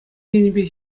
енӗпе